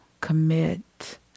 commit